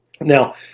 Now